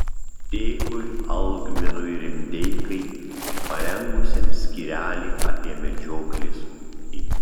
dėkui algminui rimdeikai parengusiam skyrelį apie medžioklės ūkį